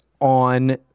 on